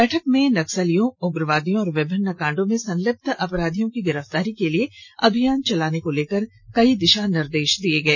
बैठक में नक्सलियों उग्रवादियों और विभिन्न कांडों में संलिप्त अपराधियों की गिरफ्तारी के लिए अभियान चलाने को लेकर कई दिशा निर्देश दिए गए